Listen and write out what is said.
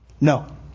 no